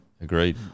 Agreed